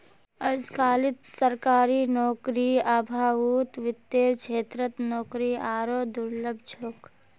अजकालित सरकारी नौकरीर अभाउत वित्तेर क्षेत्रत नौकरी आरोह दुर्लभ छोक